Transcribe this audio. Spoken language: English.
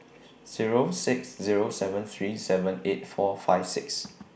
Zero six Zero seven three seven eight four five six